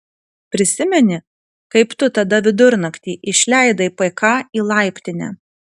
prisimeni kaip tu tada vidurnaktį išleidai pk į laiptinę